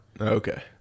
Okay